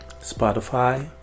Spotify